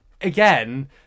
again